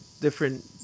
different